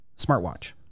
smartwatch